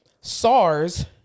SARS